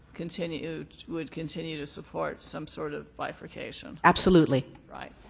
continue would continue to support some sort of bifurcation. absolutely. right.